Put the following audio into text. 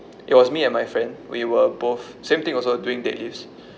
it was me and my friend we were both same thing also doing dead lifts